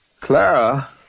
Clara